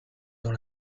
dans